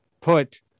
put